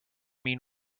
mean